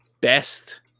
best